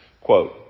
quote